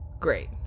Great